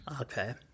Okay